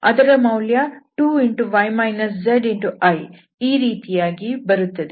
ಅದರ ಮೌಲ್ಯ 2y zi ಈ ರೀತಿಯಾಗಿ ಬರುತ್ತದೆ